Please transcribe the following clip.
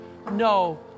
no